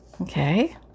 Okay